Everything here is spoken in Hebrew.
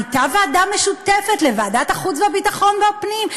הייתה ועדה משותפת לוועדת החוץ והביטחון ולוועדת הפנים,